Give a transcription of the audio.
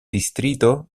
distrito